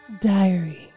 diary